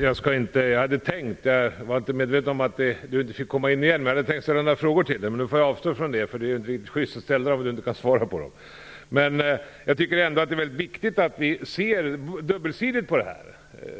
Herr talman! Jag hade tänkt ställa några frågor till Kent Olsson, för jag var inte medveten om att han inte hade rätt till ytterligare inlägg. Men nu får jag avstå från det, för det är inte sjysst att ställa frågor om inte Kent Olsson kan besvara dem. Jag tycker att det är viktigt att vi har en dubbelsidig syn i frågan.